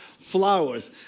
flowers